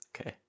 Okay